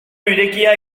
irekia